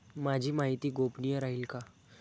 माझी माहिती गोपनीय राहील का?